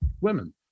women